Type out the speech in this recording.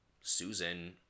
Susan